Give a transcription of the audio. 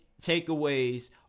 takeaways